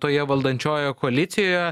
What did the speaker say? toje valdančiojoje koalicijoje